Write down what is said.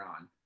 on